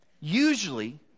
Usually